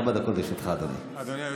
ארבע דקות לרשותך, אדוני.